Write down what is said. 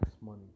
money